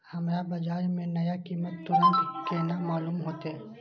हमरा बाजार के नया कीमत तुरंत केना मालूम होते?